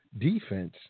defense